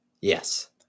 Yes